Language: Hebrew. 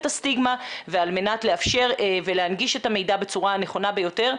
הסטיגמה ועל מנת לאפשר ולהנגיש את המידע בצורה הנכונה ביותר.